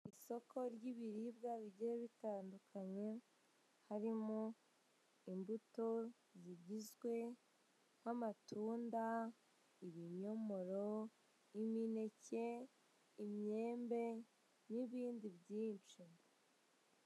Isoko ry'ibiribwa bigiye bitandukanye harimo imbuto zigizwe n'amatunda, ibinyomoro, imineke imyembe n'ibindi byinshi.